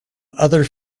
other